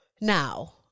Now